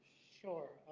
sure.